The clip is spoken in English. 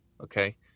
Okay